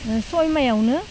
सय माआवनो